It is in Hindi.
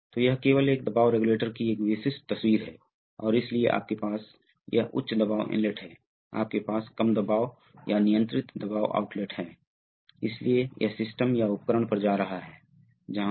तो यह किसी भी फीडबैक की मूल गतिशीलता है आपने विभिन्न प्रकार के देखें है लिंक लिंकेज प्रकार की फीडबैक व्यवस्थाओं को जानते हैं यह एक ऐसी फीडबैक व्यवस्था का बुनियादी विश्लेषण है और एक विशिष्ट मामले में ऐसा विश्लेषण बनाया जा सकता है ठीक है